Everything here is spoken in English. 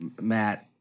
Matt